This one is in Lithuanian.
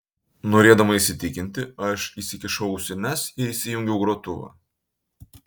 norėdama įsitikinti aš įsikišau ausines ir įsijungiau grotuvą